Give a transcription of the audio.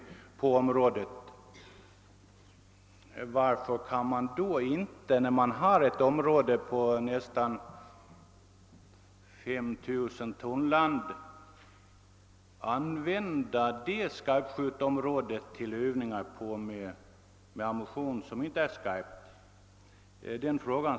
Man frågar sig varför då inte ett skarpskjutningsområde på nästan 5 000 tunnland kan användas för övningar med lös ammunition?